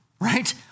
right